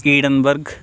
Edinburgh